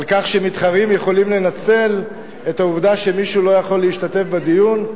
על כך שמתחרים יכולים לנצל את העובדה שמישהו לא יכול להשתתף בדיון,